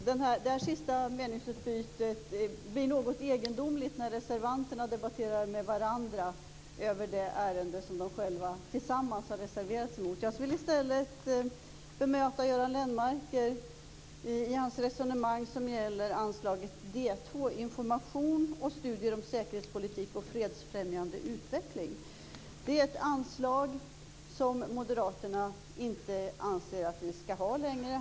Fru talman! Det sista meningsutbytet blir något egendomligt när reservanterna debatterar med varandra över det ärende som de själva tillsammans har reserverat sig mot. Jag vill i stället bemöta Göran Lennmarker i hans resonemang som gäller anslag D 2, information och studier om säkerhetspolitik och fredsfrämjande utveckling. Det är ett anslag som moderaterna inte anser att vi skall ha längre.